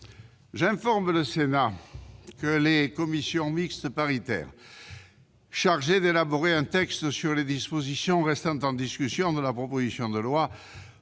J'informe le Sénat que la commission mixte paritaire chargée d'élaborer un texte sur les dispositions restant en discussion du projet de loi